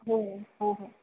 हो हो हो